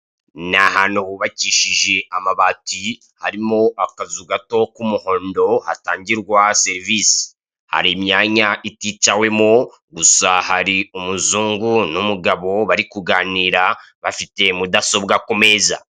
Ni ahantu hubakishije amabati harimo akazu gato k'umuhondo hatangirwa serivisi, hari imyanya iticawemo gusa hari umuzungu n'umugabo bari kuganira bafite mudasobwa ku meza.